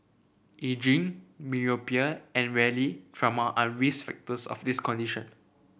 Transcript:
ageing myopia and rarely trauma are risk factors of this condition